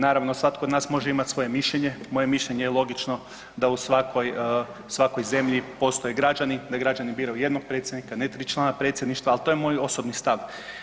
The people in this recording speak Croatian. Naravno svatko od nas može imati svoje mišljenje, moje mišljenje je logično da u svakoj, svakoj zemlji postoje građani, da građani biraju jednog predsjednika ne tri člana predsjedništva, ali to je moj osobni stav.